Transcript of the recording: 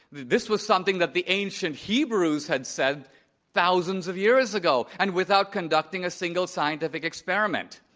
this was something that the ancient hebrews had said thousands of years ago and without conducting a single scientific experiment.